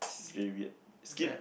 this is very weird skip